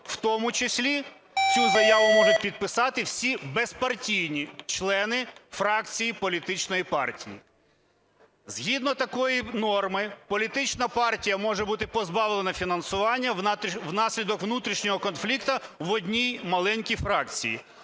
В тому числі цю заяву можуть підписати всі безпартійні члени фракції політичної партії. Згідно такої норми політична партія може бути позбавлена фінансування внаслідок внутрішнього конфлікту в одній маленькій фракції.